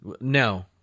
No